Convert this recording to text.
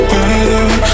Better